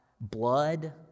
blood